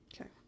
Okay